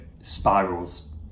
spirals